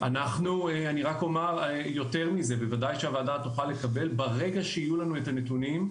אני רק אומר שברגע שיהיו לנו את הנתונים,